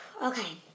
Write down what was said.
Okay